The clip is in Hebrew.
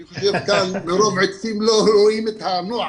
אני חושב שגם כאן מרוב עצים לא רואים את הנוער.